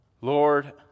Lord